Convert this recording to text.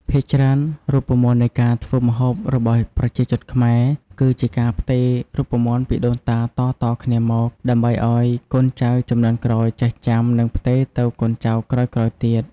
ភាគច្រើនរូបមន្តនៃការធ្វើម្ហូបរបស់ប្រជាជនខ្មែរ គឺជាការផ្ទេររូបមន្តពីដូនតាតៗគ្នាមក ដើម្បីឱ្យកូនចៅជំនាន់ក្រោយចេះចាំ និងផ្ទេរទៅកូនចៅក្រោយៗទៀត។